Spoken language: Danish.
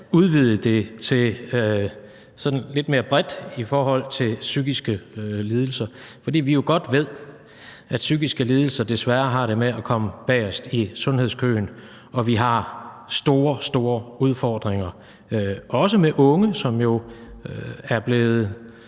udvide det til at blive lidt mere bredt i forhold til psykiske lidelser. For vi ved jo godt, at psykiske lidelser desværre har det med at komme bagest i sundhedskøen, og at vi har meget store udfordringer, også med unge, som jo føler